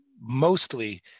mostly